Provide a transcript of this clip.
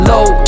Low